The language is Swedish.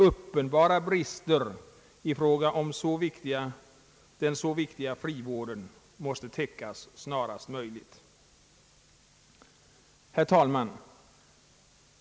Uppenbara brister i fråga om den så viktiga frivården måste täckas snarast möjligt. Herr talman!